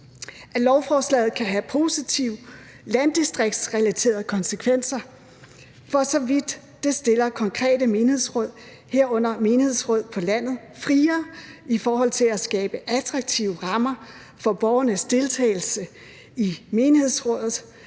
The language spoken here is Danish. at lovforslaget kan have positive landdistriktsrelaterede konsekvenser, for så vidt det stiller konkrete menighedsråd, herunder menighedsråd på landet, friere i forhold til at skabe attraktive rammer for borgernes deltagelse i menighedsrådet,